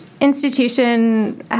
institution